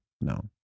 no